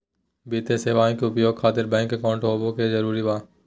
वित्तीय सेवाएं के उपयोग खातिर बैंक अकाउंट होबे का जरूरी बा?